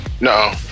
no